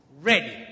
Ready